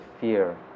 fear